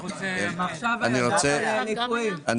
אני רוצה להמחיש לכם בדוגמה את